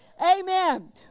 amen